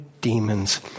demons